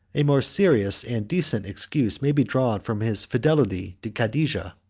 a more serious and decent excuse may be drawn from his fidelity to cadijah.